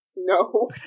No